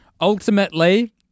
Ultimately